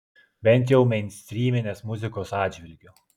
bent jau meinstryminės muzikos atžvilgiu